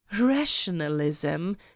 rationalism